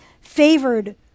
favored